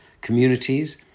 communities